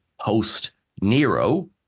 post-Nero